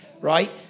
Right